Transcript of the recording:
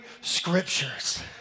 Scriptures